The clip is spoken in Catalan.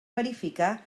verificar